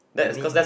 I mean